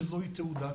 שזו היא תעודה ציבורית.